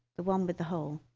the one with a hole